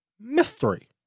mystery